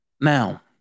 Now